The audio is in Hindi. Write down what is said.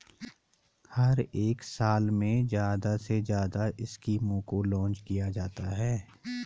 हर एक साल में ज्यादा से ज्यादा स्कीमों को लान्च किया जाता है